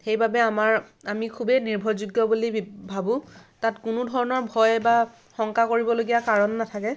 সেইবাবে আমাৰ আমি খুবেই নিৰ্ভৰযোগ্য বুলি ভাবোঁ তাত কোনো ধৰণৰ ভয় বা শংকা কৰিবলগীয়া কাৰণ নাথাকে